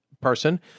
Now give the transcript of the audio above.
person